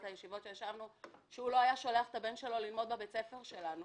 הישיבות שהוא לא היה שולח את הבן שלו ללמוד בבית הספר שלנו.